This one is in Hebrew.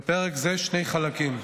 בפרק זה שני חלקים: